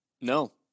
No